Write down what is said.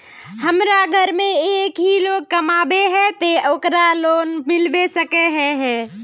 हमरा घर में एक ही लोग कमाबै है ते ओकरा लोन मिलबे सके है?